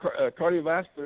cardiovascular